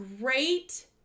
great